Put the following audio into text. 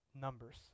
numbers